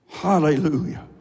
Hallelujah